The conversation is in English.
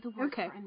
Okay